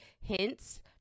hints